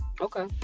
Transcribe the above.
okay